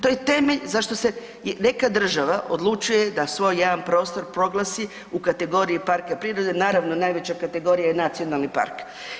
To je temelj zašto se neka država odlučuje da svoj jedan prostor proglasi u kategoriji parka prirode, naravno, najveća kategorija je nacionalni park.